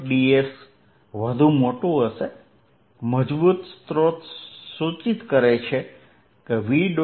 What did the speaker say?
ds વધુ મોટુ હશે મજબૂત સ્રોત સૂચિત કરે છે કે v